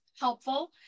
helpful